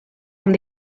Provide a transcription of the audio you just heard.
amb